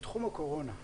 בתחום הקורונה,